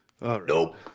Nope